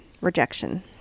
Rejection